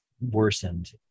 worsened